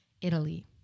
Italy